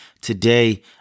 Today